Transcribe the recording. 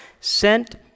sent